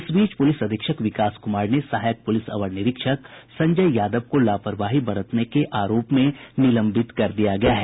इस बीच पुलिस अधीक्षक विकास कुमार ने सहायक पुलिस अवर निरीक्षक संजय यादव को लापरवाही बरतने के आरोप में निलंबित कर दिया है